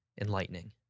enlightening